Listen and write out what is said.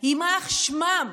יימח שמם.